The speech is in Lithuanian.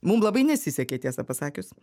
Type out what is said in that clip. mum labai nesisekė tiesa pasakius